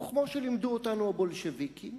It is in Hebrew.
וכמו שלימדו אותנו הבולשביקים,